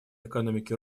экономики